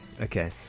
okay